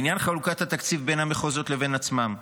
לעניין חלוקת התקציב בין המחוזות לבין עצמם,